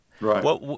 Right